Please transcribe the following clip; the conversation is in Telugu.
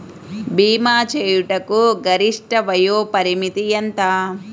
భీమా చేయుటకు గరిష్ట వయోపరిమితి ఎంత?